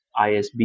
ISB